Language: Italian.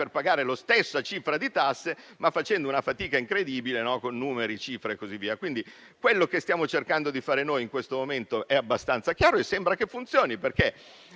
per pagare la stessa cifra di tasse, facendo però una fatica incredibile con certi numeri e cifre. Quello che stiamo cercando di fare noi in questo momento è abbastanza chiaro e sembra che funzioni: a